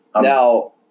Now